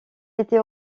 était